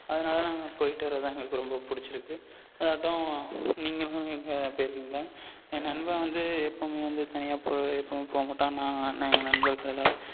அதனால் நாங்கள் போய்ட்டு வர்றது தான் எங்களுக்கு ரொம்ப பிடிச்சிருக்கு அதாட்டம் நீங்களும் எங்கேயாவது போயிருக்கிங்களா என் நண்பன் வந்து எப்போமே வந்து தனியாக போ எப்பவும் போக மாட்டான் நான் நான் எங்கள் நண்பர்கள் எல்லாரும்